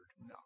No